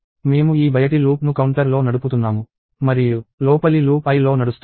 మేము ఈ బయటి లూప్ను కౌంటర్లో నడుపుతున్నాము మరియు లోపలి లూప్ iలో నడుస్తుంది